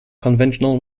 conventional